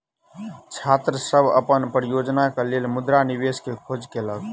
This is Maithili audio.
छात्र सभ अपन परियोजना के लेल मुद्रा निवेश के खोज केलक